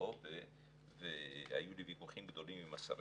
חוב והיו לי ויכוחים גדולים עם השרים.